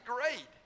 great